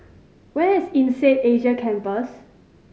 where is INSEAD Asia Campus